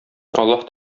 аллаһ